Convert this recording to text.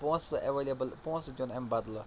پونٛسہٕ ایٚویلیبٕل پونٛسہٕ دیٛن اَمہِ بَدلہٕ